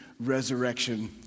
resurrection